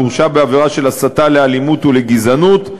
והורשע בעבירה של הסתה לאלימות ולגזענות,